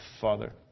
Father